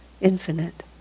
infinite